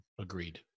Agreed